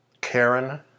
Karen